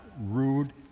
rude